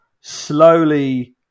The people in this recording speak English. slowly